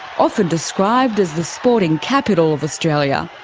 often described as the sporting capital of australia.